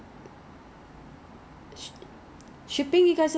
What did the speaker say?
so you know I was saying Ezbuy right even Korea